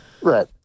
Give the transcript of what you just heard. Right